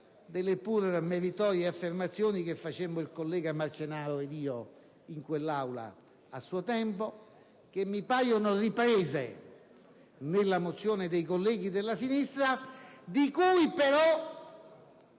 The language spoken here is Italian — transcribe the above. delle pur meritorie affermazioni che facemmo il collega Marcenaro ed io in quest'Aula a suo tempo e che mi paiono riprese nella mozione dei colleghi della sinistra. Anche se,